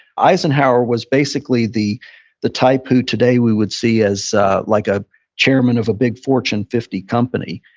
eisenhower was basically the the type who today we would see as like a chairman of a big fortune fifty company.